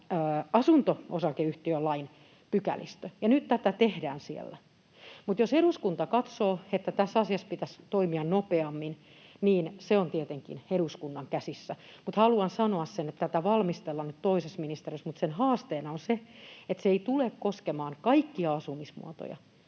asunto-osakeyhtiölain pykälistö, ja nyt tätä tehdään siellä. Mutta jos eduskunta katsoo, että tässä asiassa pitäisi toimia nopeammin, niin se on tietenkin eduskunnan käsissä. Haluan sanoa sen, että tätä valmistellaan nyt toisessa ministeriössä, mutta sen haasteena on se, että se ei tule koskemaan kaikkia asumismuotoja